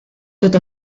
tot